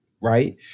right